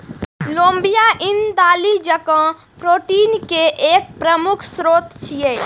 लोबिया ईन दालि जकां प्रोटीन के एक प्रमुख स्रोत छियै